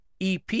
EP